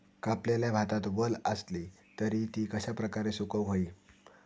कापलेल्या भातात वल आसली तर ती कश्या प्रकारे सुकौक होई?